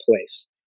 place